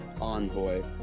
envoy